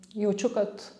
jaučiu kad